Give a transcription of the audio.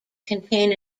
contain